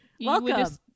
welcome